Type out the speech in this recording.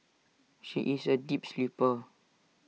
she is A deep sleeper